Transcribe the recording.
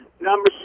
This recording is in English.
number